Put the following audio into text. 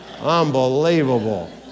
Unbelievable